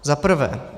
Za prvé.